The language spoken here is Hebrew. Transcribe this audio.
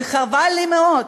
וחבל לי מאוד